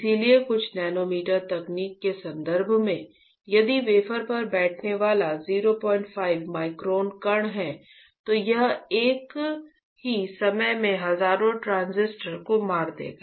इसलिए कुछ नैनोमीटर तकनीक के संदर्भ में यदि वेफर पर बैठने वाला 05 माइक्रोन कण है तो यह एक ही समय में हजारों ट्रांजिस्टर को मार देगा